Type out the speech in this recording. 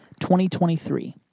2023